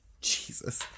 jesus